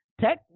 tech